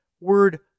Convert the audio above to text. word